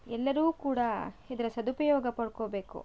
ಎಲ್ಲರು ಕೂಡ ಇದರ ಸದುಪಯೋಗ ಪಡಕೋಬೇಕು